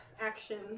action